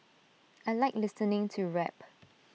I Like listening to rap